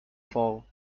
fall